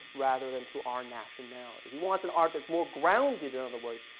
rather than to our nationality. he wants an art that's more grounded, in other words,